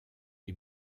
est